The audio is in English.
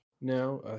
now